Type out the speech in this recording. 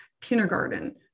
kindergarten